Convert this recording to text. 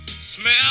Smell